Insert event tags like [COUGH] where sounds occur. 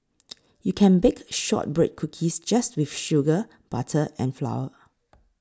[NOISE] you can bake Shortbread Cookies just with sugar butter and flour